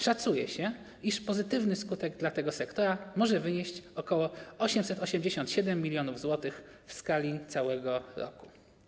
Szacuje się, iż pozytywny skutek dla tego sektora może wynieść ok. 887 mln zł w skali całego roku.